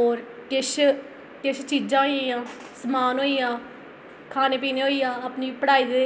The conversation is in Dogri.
और किश किश चीजां होई गेई आं समान होई गेआ खाने पीने होई गेआ अपनी पढ़ाई दे